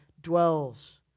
dwells